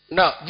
Now